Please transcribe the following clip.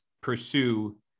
pursue